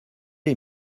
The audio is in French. est